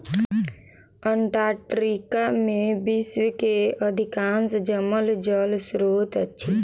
Antarctica में विश्व के अधिकांश जमल जल स्त्रोत अछि